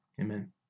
Amen